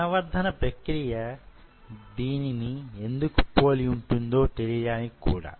కణ వర్థన ప్రక్రియ దీనిని ఎందుకు పోలి ఉంటుందో తెలియడానికి కూడా